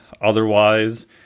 otherwise